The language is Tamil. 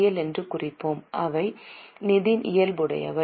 எல் என்று குறிப்போம் அவை நிதி இயல்புடையவை